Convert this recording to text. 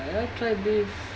I tried beef